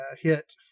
hit